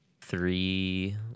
Three